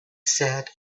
said